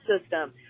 system